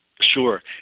Sure